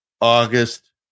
August